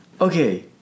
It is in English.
Okay